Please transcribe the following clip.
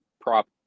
prop